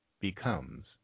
becomes